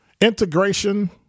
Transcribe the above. Integration